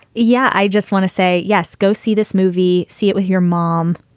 yeah. i just want to say yes, go see this movie, see it with your mom,